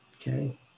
Okay